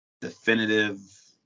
definitive